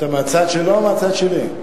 אתה מהצד שלו או מהצד שלי?